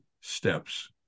steps